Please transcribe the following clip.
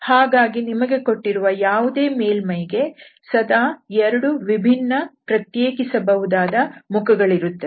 ಹಾಗಾಗಿ ನಿಮಗೆ ಕೊಟ್ಟಿರುವ ಯಾವುದೇ ಮೇಲ್ಮೈಗೆ ಸದಾ 2 ವಿಭಿನ್ನ ಪ್ರತ್ಯೇಕಿಸಬಹುದಾದ ಮುಖಗಳಿರುತ್ತವೆ